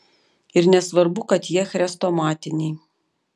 ir nesvarbu kad jie chrestomatiniai